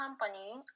company